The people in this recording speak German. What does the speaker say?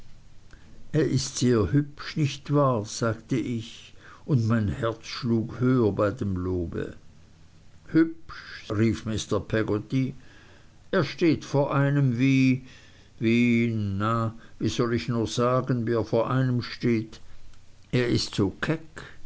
er ist sehr hübsch nicht wahr sagte ich und mein herz schlug höher bei dem lobe hübsch rief mr peggotty er steht vor einem wie wie ein na wie soll ich nur sagen wie er vor einem steht er ist so